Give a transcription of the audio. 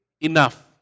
enough